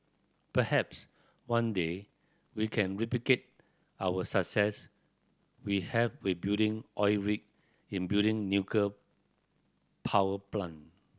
perhaps one day we can replicate our success we have with building oil rig in building nuclear power plant